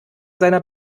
seiner